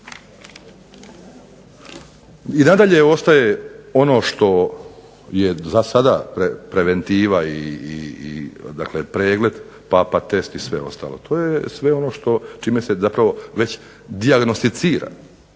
I nadalje ostaje ono što je za sada preventiva i pregled, PAPA test i sve ostalo, to je sve ono čime se zapravo već dijagnosticira,